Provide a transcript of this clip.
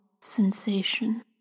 sensation